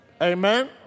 Amen